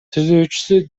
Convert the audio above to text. түзүүчүсү